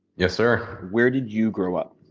yes, sir. where did you grow up?